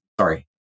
sorry